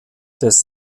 des